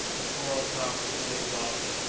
but poor old tom was nearly exhausted,